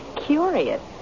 curious